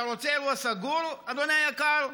אתה רוצה אירוע סגור, אדוני היקר?